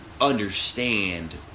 understand